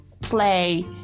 play